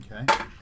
Okay